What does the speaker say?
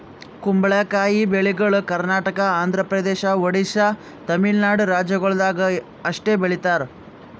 ಕುಂಬಳಕಾಯಿ ಬೆಳಿಗೊಳ್ ಕರ್ನಾಟಕ, ಆಂಧ್ರ ಪ್ರದೇಶ, ಒಡಿಶಾ, ತಮಿಳುನಾಡು ರಾಜ್ಯಗೊಳ್ದಾಗ್ ಅಷ್ಟೆ ಬೆಳೀತಾರ್